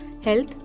health